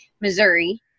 Missouri